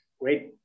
Great